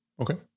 Okay